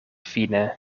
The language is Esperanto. fine